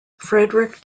frederick